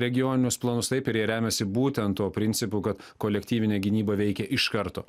regioninius planus taip ir jie remiasi būtent tuo principu kad kolektyvinė gynyba veikia iš karto